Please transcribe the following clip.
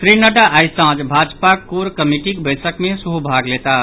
श्री नड्डा आइ सांझ भाजपाक कोर कमिटीक बैसक मे सेहो भाग लेताह